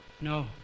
No